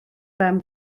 ben